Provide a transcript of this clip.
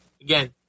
again